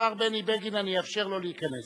השר בני בגין, אני אאפשר לו להיכנס.